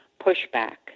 pushback